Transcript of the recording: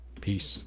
Peace